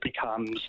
becomes –